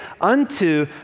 unto